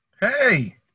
Hey